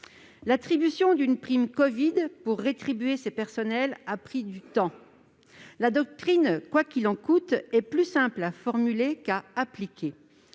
L'attribution d'une prime covid pour rétribuer ses personnels a pris du temps. La doctrine, le « quoi qu'il en coûte », est plus simple à formuler qu'à appliquer.